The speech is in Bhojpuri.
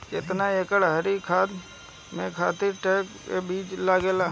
केतना एक एकड़ हरी खाद के खातिर ढैचा के बीज लागेला?